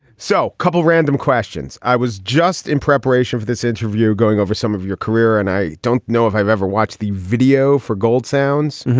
so couple random questions. i was just in preparation for this interview going over some of your career, and i don't know if i've ever watched the video for gold sounds.